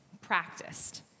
practiced